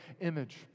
image